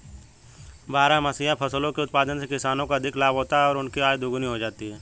बारहमासी फसलों के उत्पादन से किसानों को अधिक लाभ होता है और उनकी आय दोगुनी हो जाती है